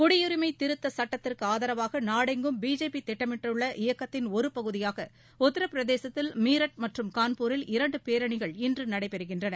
குடியுரிஸம திருத்தச் சட்டத்திற்கு ஆதரவாக நாடெங்கும் பிஜேபி திட்டமிட்டுள்ள இயக்கத்தின் ஒரு பகுதியாக உத்தரபிரதேசத்தில் மீரட் மற்றும் கான்பூரில் இரண்டு பேரணிகள் இன்று நடைபெறுகின்றன